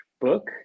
book